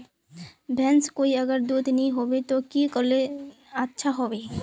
भैंस कोई अगर दूध नि होबे तो की करले ले अच्छा होवे?